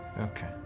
Okay